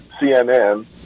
CNN